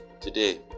today